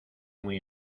muy